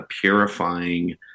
purifying